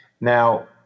Now